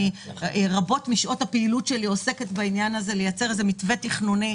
רבות משעות הפעילות שלי אני עוסקת בעניין של לייצר איזה מתווה תכנוני